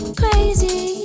crazy